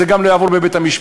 זה לא יעבור גם בבית-המשפט.